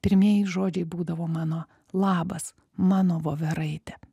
pirmieji žodžiai būdavo mano labas mano voveraite